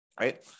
right